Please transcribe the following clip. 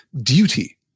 duty